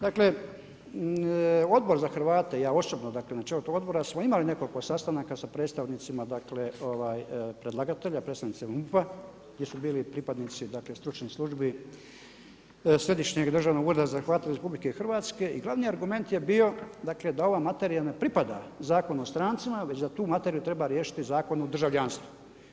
Dakle, Odbor za Hrvate, ja osobno na čelu tog odbora smo imali nekoliko sastanaka sa predstavnicima predlagatelja, predstavnicima MUP-a, gdje su bili pripadnici stručnih službi Središnjeg državnog ureda za Hrvate RH i glavni argument je bio da ova materija ne pripada Zakonu o strancima, već da tu materiju treba riješiti Zakonom o državljanstvu.